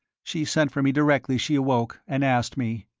she sent for me directly she awoke, and asked me.